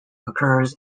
occurs